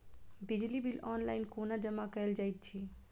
बिजली bill online कोना जमा कएल जाइत अछि?